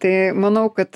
tai manau kad